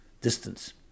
distance